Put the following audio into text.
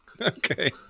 Okay